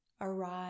arrive